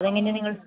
അതെങ്ങനെയാണ് നിങ്ങൾ